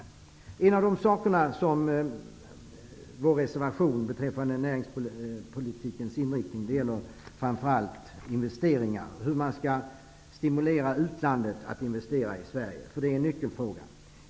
En av sakerna i vår reservation beträffande näringspolitikens inriktning gäller hur man skall stimulera utlandet att investera i Sverige. Det är nyckelfrågan.